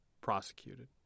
prosecuted